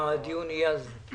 הדיון יהיה על זה.